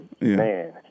Man